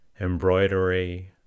embroidery